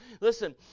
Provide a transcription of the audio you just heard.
listen